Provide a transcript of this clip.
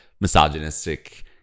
Misogynistic